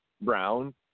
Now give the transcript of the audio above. Brown